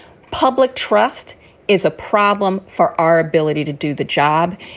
public trust is a problem for our ability to do the job.